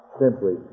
simply